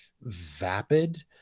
vapid